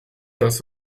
das